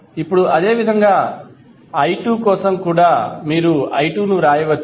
ఇప్పుడు అదేవిధంగా i2 కోసం కూడా మీరు i2 ను వ్రాయవచ్చు